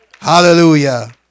Hallelujah